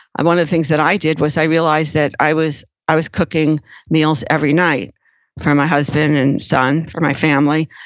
one of the things that i did was i realized that i was i was cooking meals every night for my husband and son, for my family.